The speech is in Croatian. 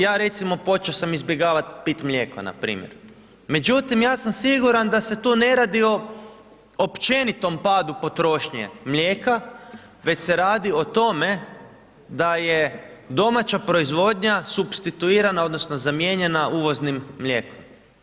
Ja recimo počeo sam izbjegavat pit mlijeko, npr. međutim ja sam siguran da se tu ne radi o općenitom padu potrošnje mlijeka već se radi o tome da je domaća proizvodnja supstituirana odnosno zamijenjena uvoznim mlijekom.